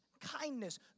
kindness